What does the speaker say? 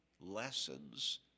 lessons